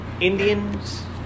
Indians